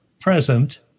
present